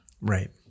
Right